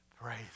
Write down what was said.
Praise